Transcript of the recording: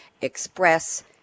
express